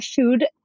food